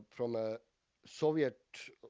ah from a soviet,